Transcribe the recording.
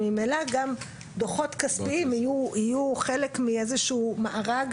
ממילא גם דוחות כספיים יהיו חלק מאיזה מארג